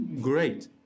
Great